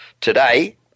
today